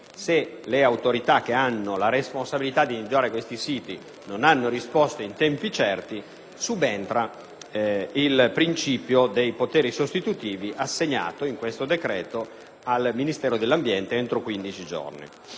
se le autorità che hanno la responsabilità di realizzare questi siti non hanno risposte in tempi certi, subentra il principio dei poteri sostitutivi, che in questo decreto sono assegnati al Ministero dell'ambiente, entro 15 giorni.